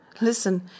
Listen